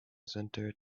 center